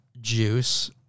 juice